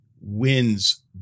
wins